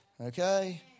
okay